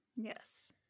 Yes